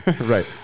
right